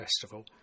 Festival